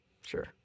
Sure